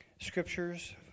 scriptures